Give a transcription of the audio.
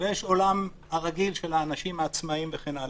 ויש העולם הרגיל של האנשים העצמאיים וכן הלאה.